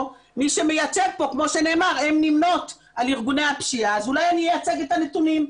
אמרתי בכל הארץ, ממש שלא בכל מתקני שב"ס.